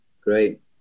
great